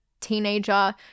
teenager